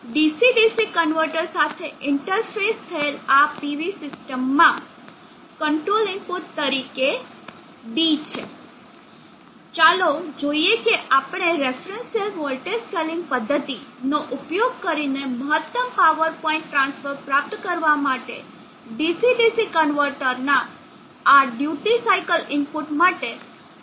તો DC DC converter સાથે interface થયેલ આ PV સિસ્ટમ માં કંટ્રોલ ઇનપુટ તરીકે d છે ચાલો જોઈએ કે આપણે રેફરન્સ સેલ વોલ્ટેજ સ્કેલિંગ પદ્ધતિ નો ઉપયોગ કરીને મહત્તમ પાવર પોઇન્ટ ટ્રાન્સફર પ્રાપ્ત કરવા માટે DC DC કન્વર્ટરના આ ડ્યુટી સાઇકલ ઇનપુટ માટે કંટ્રોલ સંકેતો કેવી રીતે આપીશું